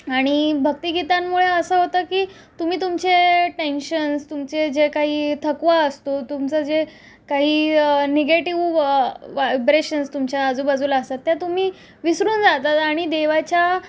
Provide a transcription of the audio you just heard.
आणि भक्तिगीतांमुळे असं होतं की तुम्ही तुमचे टेंशन्स तुमचे जे काही थकवा असतो तुमचं जे काई निगेटीव वाबरेशन्स तुमच्या आजूबाजूला असतात त्या तुम्ही विसरून जाता आणि देवाच्या